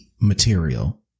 material